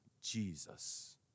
Jesus